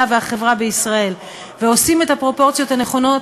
והחברה בישראל ועושים את הפרופורציות הנכונות,